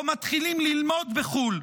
או מתחילים ללמוד בחו"ל,